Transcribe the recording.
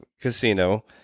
casino